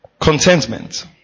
Contentment